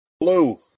Blue